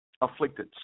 afflicted